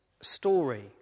story